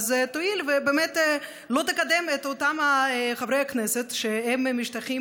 אז תואיל ובאמת לא תקדם את אותם חברי הכנסת שמשתייכים